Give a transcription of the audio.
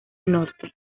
norte